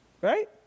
Right